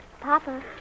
Papa